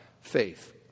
faith